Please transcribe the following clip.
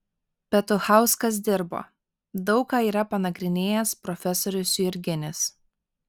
petuchauskas dirbo daug ką yra panagrinėjęs profesorius jurginis